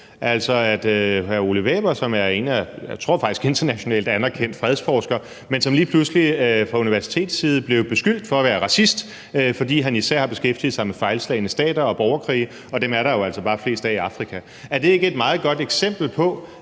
med professor Wæver, som jeg faktisk tror er en internationalt anerkendt fredsforsker, men som lige pludselig fra universitetsside blev beskyldt for at være racist, fordi han især har beskæftiget sig med fejlslagne stater og borgerkrige, og dem er der jo altså bare flest af i Afrika. Er det ikke et meget godt eksempel på,